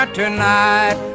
tonight